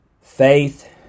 Faith